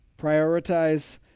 Prioritize